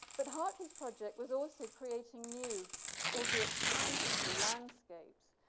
but, hartley's project was also creating new albeit transitory landscapes,